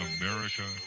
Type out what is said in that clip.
America